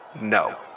no